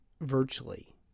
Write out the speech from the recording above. virtually